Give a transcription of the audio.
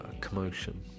commotion